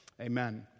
Amen